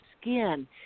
skin